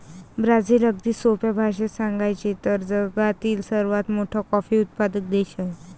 Brazil, अगदी सोप्या भाषेत सांगायचे तर, जगातील सर्वात मोठा कॉफी उत्पादक देश आहे